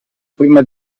prima